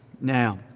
Now